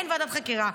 אין ועדת חקירה.